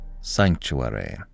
SANCTUARY